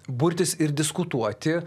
burtis ir diskutuoti